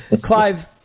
Clive